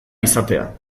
izatea